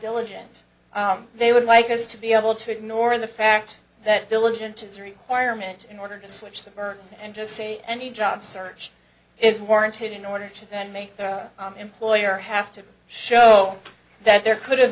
diligent they would like us to be able to ignore the fact that diligent is a requirement in order to switch them and to say any job search is warranted in order to then make the employer have to show that there could have